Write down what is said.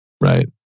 right